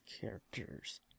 characters